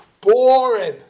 Boring